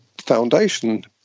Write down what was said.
foundation